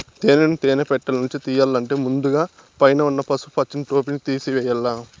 తేనెను తేనె పెట్టలనుంచి తియ్యల్లంటే ముందుగ పైన ఉన్న పసుపు పచ్చని టోపిని తేసివేయల్ల